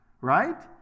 right